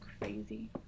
crazy